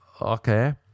okay